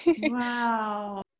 Wow